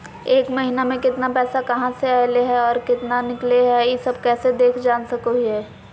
एक महीना में केतना पैसा कहा से अयले है और केतना निकले हैं, ई सब कैसे देख जान सको हियय?